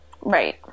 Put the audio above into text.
Right